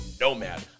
Nomad